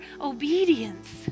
obedience